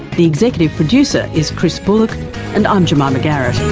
the executive producer is chris bullock and i'm jemima garrett